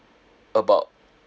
about